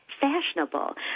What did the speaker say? fashionable